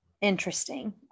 interesting